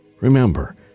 Remember